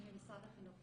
אני ממשרד החינוך.